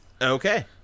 Okay